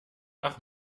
ach